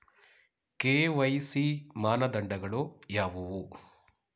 KYC ಮಾನದಂಡಗಳು ಯಾವುವು?